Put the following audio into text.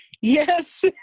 Yes